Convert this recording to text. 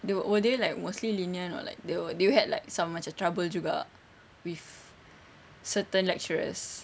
they were were they like mostly lenient or like they were do you had like some macam trouble juga with certain lecturers